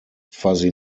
fuzzy